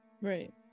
right